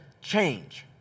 change